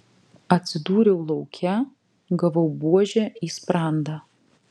atsidūriau lauke gavau buože į sprandą